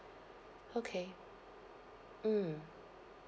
okay mm